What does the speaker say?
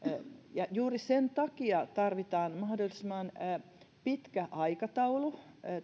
ja juuri sen takia tarvitaan mahdollisimman pitkä aikataulu